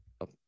up